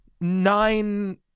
nine